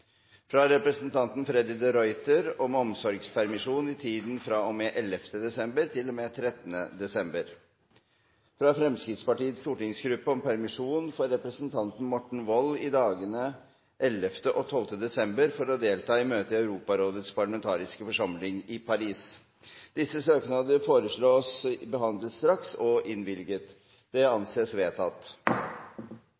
fra representanten Freddy de Ruiter om omsorgspermisjon i tiden fra og med 11. desember til og med 13. desember. fra Fremskrittspartiets stortingsgruppe om permisjon for representanten Morten Wold i dagene 11. og 12. desember for å delta i møte i Europarådets parlamentariske forsamling i Paris. Disse søknader foreslås behandlet straks og innvilget. – Det